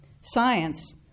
Science